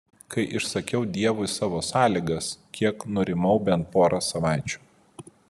kai išsakiau dievui savo sąlygas kiek nurimau bent porą savaičių